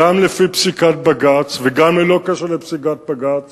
גם לפי פסיקת בג"ץ וגם ללא קשר לפסיקת בג"ץ